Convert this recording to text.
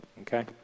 Okay